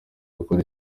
gukora